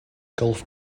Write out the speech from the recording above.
golf